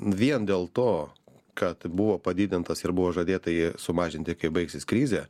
vien dėl to kad buvo padidintas ir buvo žadėta jį sumažinti kai baigsis krizė